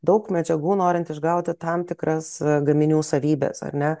daug medžiagų norint išgauti tam tikras gaminių savybes ar ne